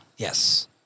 Yes